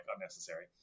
unnecessary